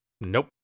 nope